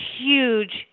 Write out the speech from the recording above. huge